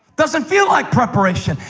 doesn't feel like preparation.